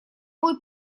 будет